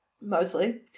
mostly